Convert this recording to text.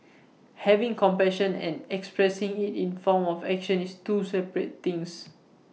having compassion and expressing IT in form of action is two separate things